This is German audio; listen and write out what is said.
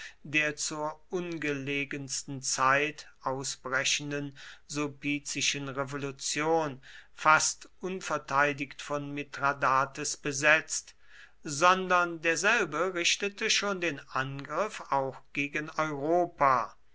der zur ungelegensten zeit ausbrechenden sulpicischen revolution fast unverteidigt von mithradates besetzt sondern derselbe richtete schon den angriff auch gegen europa